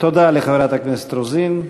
תודה לחברת הכנסת רוזין.